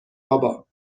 بابا